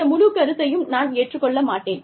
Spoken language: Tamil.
இந்த முழு கருத்தையும் நான் ஏற்றுக்கொள்ள மாட்டேன்